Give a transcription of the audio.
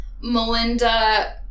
Melinda